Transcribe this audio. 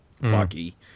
Bucky